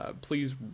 Please